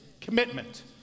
Commitment